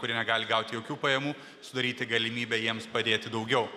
kurie negali gauti jokių pajamų sudaryti galimybę jiems padėti daugiau